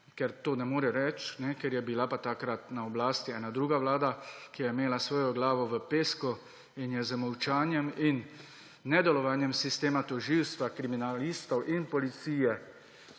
Tega ne more reči, ker je bila pa takrat na oblasti ena druga vlada, ki je imela svojo glavo v pesku z molčanjem in nedelovanjem sistema tožilstva, kriminalistov in policije